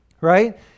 Right